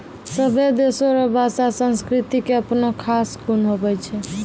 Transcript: सभै देशो रो भाषा संस्कृति के अपनो खास गुण हुवै छै